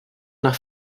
nach